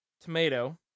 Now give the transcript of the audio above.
tomato